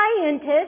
scientists